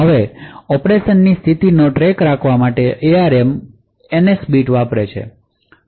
હવે ઑપરેશનની સ્થિતિનો ટ્રેક રાખવા માટે એઆરએમ એનએસ બીટ વાપરે છે